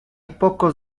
pocos